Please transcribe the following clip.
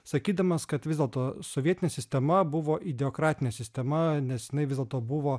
sakydamas kad vis dėlto sovietinė sistema buvo ideokratinė sistema nes jinai vis dėlto buvo